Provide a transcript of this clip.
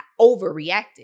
overreacted